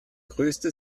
größte